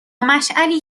مشعلی